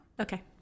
okay